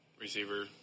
receiver